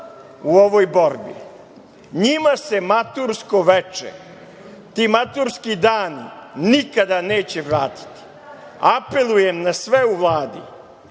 u ovoj borbi, njima se matursko veče, ti maturski dani nikada neće vratiti. Apelujem na sve u Vladi